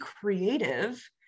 creative